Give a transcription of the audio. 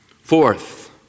Fourth